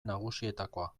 nagusietakoa